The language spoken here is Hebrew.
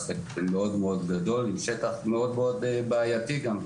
מאוד מאוד גדול ובשטח מאוד מאוד בעייתי גם,